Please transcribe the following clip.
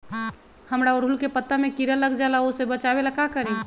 हमरा ओरहुल के पत्ता में किरा लग जाला वो से बचाबे ला का करी?